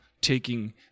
taking